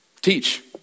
teach